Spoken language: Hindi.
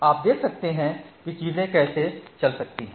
आप देख सकते हैं की चीजें कैसे चल सकती हैं